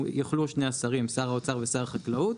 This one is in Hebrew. יוכלו שני השרים שר האוצר ושר החקלאות,